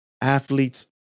athletes